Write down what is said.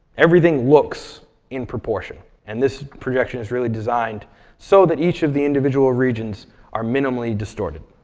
everything looks in proportion. and this projection is really designed so that each of the individual regions are minimally distorted.